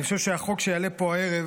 אני חושב שהחוק שיעלה פה הערב